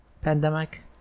pandemic